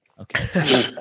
okay